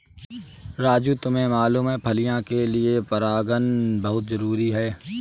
राजू तुम्हें मालूम है फलियां के लिए परागन बहुत जरूरी है